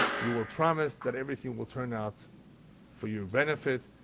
you were promised that everything will turn out for your benefit.